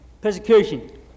persecution